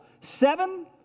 seven